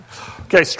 okay